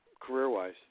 career-wise